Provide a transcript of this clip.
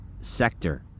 sector